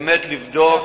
באמת כדי לבדוק.